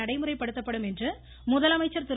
நடைமுறைப்படுத்தப்படும் என்று முதலமைச்சர் திரு